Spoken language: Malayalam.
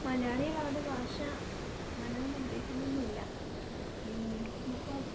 മലയാളികൾ അവരുടെ ഭാഷ അങ്ങനെയൊന്നും ഉപയോഗിക്കുന്നൊന്നും ഇല്ല ഇപ്പോൾ